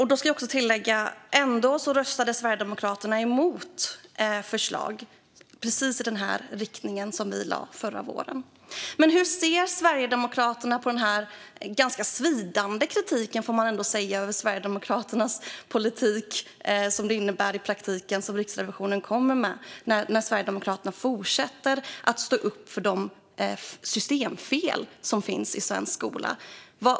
Jag ska också tillägga att Sverigedemokraterna röstade emot förslag i precis den här riktningen som vi lade fram förra våren. Hur ser Sverigedemokraterna på Riksrevisionens ganska svidande kritik, får man ändå säga, mot Sverigedemokraternas politik, som det i praktiken innebär? Sverigedemokraterna fortsätter att stå upp för de systemfel som finns i svensk skola.